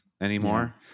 anymore